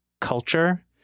culture